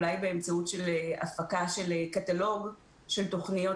אולי באמצעות הפקה של קטלוג של תוכניות